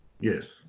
Yes